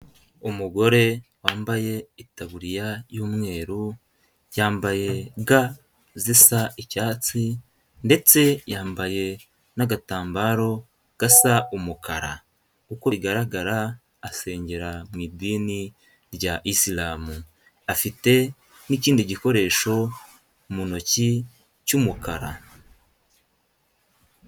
Umugore wambaye itaburiya y'umweru yambaye ga zisa icyatsi ndetse yambaye n'agatambaro gasa umukara. Uko bigaragara asengera mu idini rya isilamu afite n'ikindi gikoresho mu ntoki cy'umukara.